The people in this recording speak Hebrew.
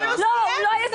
הוא לא מסיים.